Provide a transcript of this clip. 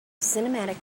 cinematic